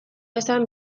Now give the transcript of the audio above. esan